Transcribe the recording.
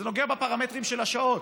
זה נוגע בפרמטרים של השעות.